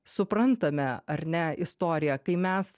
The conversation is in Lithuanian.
suprantame ar ne istoriją kai mes